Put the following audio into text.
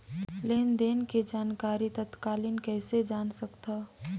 लेन देन के जानकारी तत्काल कइसे जान सकथव?